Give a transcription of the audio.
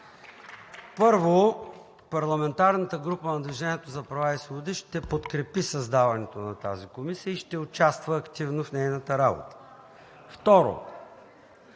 Първо, парламентарната група на „Движението за права и свободи“ ще подкрепи създаването на тази комисия и ще участва активно в нейната работа. Второ,